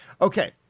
Okay